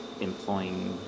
Employing